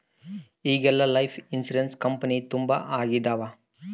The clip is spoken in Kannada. ಈಗೆಲ್ಲಾ ಲೈಫ್ ಇನ್ಸೂರೆನ್ಸ್ ಕಂಪನಿ ತುಂಬಾ ಆಗಿದವ